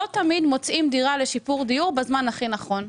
לא תמיד מוצאים דירה לשיפור דיור בזמן הכי נכון.